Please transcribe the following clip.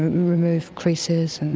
remove creases. and